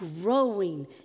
growing